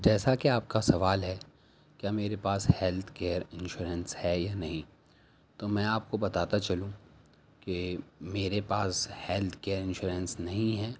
جیسا کہ آپ کا سوال ہے کیا میرے پاس ہیلتھ کیئر انشورینس ہے یا نہیں تو میں آپ کو بتاتا چلوں کہ میرے پاس ہیلتھ کیئر انشورینس نہیں ہے